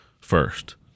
first